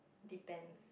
depends